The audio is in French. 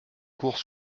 court